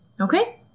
Okay